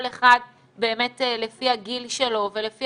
כל אחד באמת לפי הגיל שלו ולפי